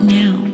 now